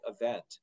event